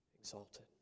exalted